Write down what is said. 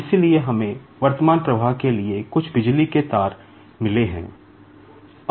इसलिए हमें वर्तमान प्रवाह के लिए कुछ बिजली के तार के तार मिले हैं